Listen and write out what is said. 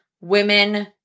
women